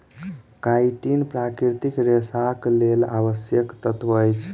chitin प्राकृतिक रेशाक लेल आवश्यक तत्व अछि